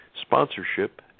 sponsorship